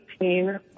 18